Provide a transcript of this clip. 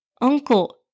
Uncle